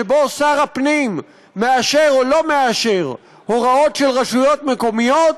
שבו שר הפנים מאשר או לא מאשר הוראות של רשויות מקומיות,